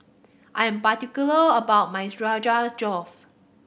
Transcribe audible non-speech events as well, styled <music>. I am particular about my <unintelligible> Josh